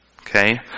Okay